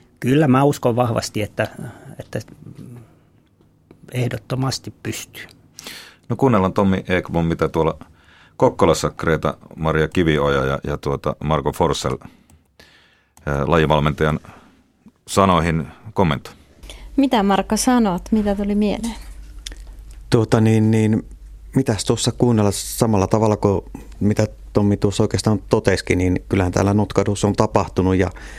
Kyllä mä uskon vahvasti, että- että ehdottomasti pystyy. No kuunnellaan Tommy Ekblom, mitä tuolla Kokkolassa Greta-Maria Kivioja ja- ja tuota Marko Forsell, eh, lajivalmentajan sanoihin kommento. Mitä Marko sanot? Mitä tuli mieleen? Tuota niin, niin, mitäs tuossa kuunnella samalla tavalla kuin mitä Tommy tuossa oikeastaan totesikin, niin kyllähän täällä Nutkadussa on tapahtunut ja-